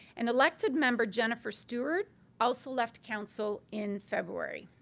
and elected member jennifer stewart also left council in february.